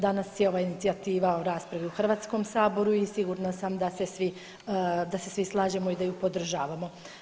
Danas je ova inicijativa u raspravi u Hrvatskom saboru i sigurna sam da se svi, da se svi slažemo i da ju podržavamo.